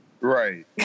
Right